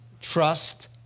Trust